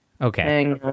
Okay